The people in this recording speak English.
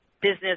business